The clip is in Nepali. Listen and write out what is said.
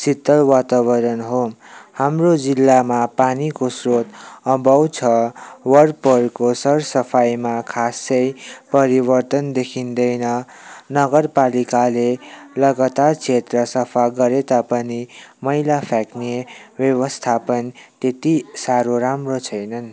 शीतल वातावरण हो हाम्रो जिल्लामा पानीको स्रोत अभाव छ वरपरको सर सफाइमा खासै परिवर्तन देखिँदैन नगरपालिकाले लगातार क्षेत्र सफा गरे तापनि मैला फ्याँक्ने व्यवस्थापन त्यति साह्रो राम्रो छैनन्